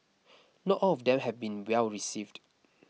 not all of them have been well received